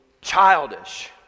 childish